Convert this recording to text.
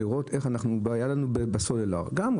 כמו שהיה לנו בסלולר גם,